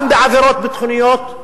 גם בעבירות ביטחוניות,